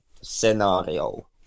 scenario